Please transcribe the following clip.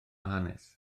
hanes